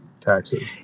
taxes